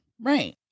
Right